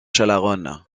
chalaronne